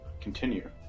continue